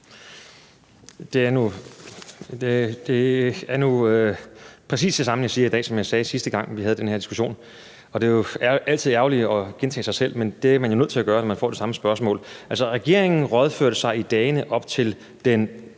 Det er nu præcis det samme, jeg siger i dag, som det, jeg sagde, sidste gang vi havde den her diskussion. Det er altid ærgerligt at gentage sig selv, men det er man jo nødt til at gøre, når man får det samme spørgsmål. Altså, regeringen rådførte sig i dagene op til den